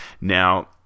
Now